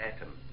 atom